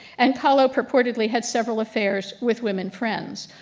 and kahlo reportedly had several affairs with women friends,